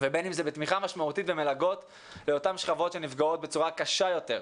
ובין אם זה בתמיכה משמעותית ומלגות לאותן שכבות שנפגעות בצורה קשה יותר.